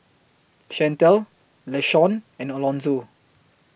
Shantell Lashawn and Alonzo